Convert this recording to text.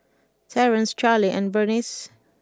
Terance Carlie and Bernice